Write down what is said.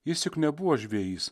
jis juk nebuvo žvejys